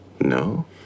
no